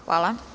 Hvala.